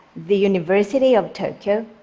the university of tokyo,